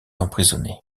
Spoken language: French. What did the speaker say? emprisonnée